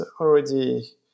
already